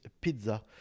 pizza